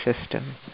system